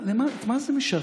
למה, את מה זה משרת?